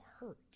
hurt